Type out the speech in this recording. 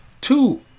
Two